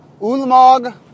Ulamog